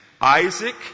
Isaac